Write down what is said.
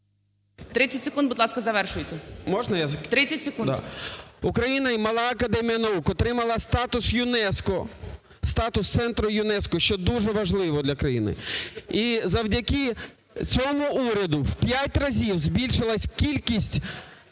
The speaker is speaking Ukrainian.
30 секунд. ДОВГИЙ О.С. …Україна і Мала академія наук отримала статус ЮНЕСКО, статус центру ЮНЕСКО, що дуже важливо для країни. І завдяки цьому уряду в 5 разів збільшилась кількість